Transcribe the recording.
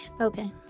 Okay